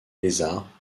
lézards